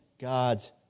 God's